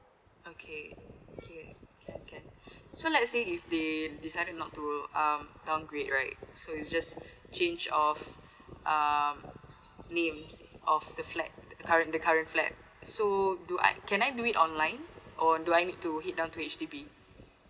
okay okay can can so let's say if they decided not to um downgrade right so is just change of uh name of the flat current the current flat so do I can I do it online or do I need to head down to H_D_B